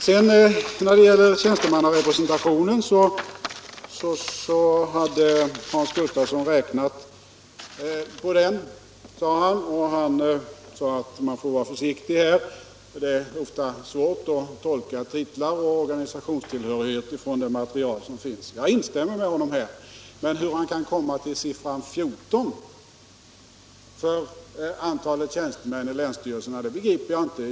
Hans Gustafsson hade räknat på tjänstemannarepresentationen och sade att man måste vara försiktig därvidlag, eftersom det ofta är svårt att tolka titlar och organisationstillhörighet i det material som finns. Jag instämmer med honom i detta, men hur han kunnat komma fram till siffran 14 för antalet tjänstemän i länsstyrelserna begriper jag inte.